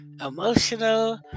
emotional